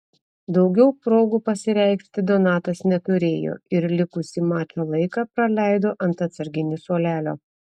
daugiau progų pasireikšti donatas neturėjo ir likusį mačo laiką praleido ant atsarginių suolelio